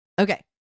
Okay